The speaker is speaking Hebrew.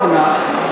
לאחרונה,